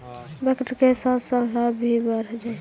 वक्त के साथ साथ लाभ भी बढ़ जतइ